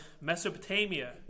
Mesopotamia